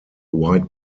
white